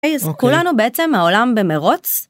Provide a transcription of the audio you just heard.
כולנו בעצם העולם במרוץ.